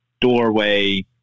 doorway